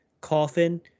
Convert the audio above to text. coffin